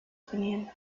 trainieren